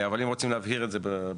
אבל אם רוצים להבהיר את זה בחוק,